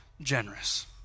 generous